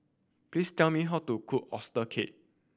please tell me how to cook oyster cake